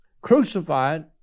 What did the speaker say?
Crucified